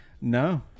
No